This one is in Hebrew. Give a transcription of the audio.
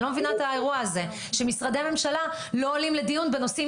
אני לא מבינה את האירוע הזה שמשרדי ממשלה לא עולים לדיון בנושאים